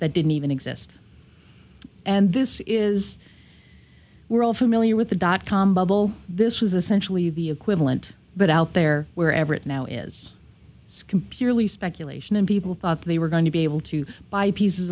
that didn't even exist and this is we're all familiar with the dot com bubble this was essentially the equivalent but out there wherever it now is it's completely speculation and people thought they were going to be able to buy pieces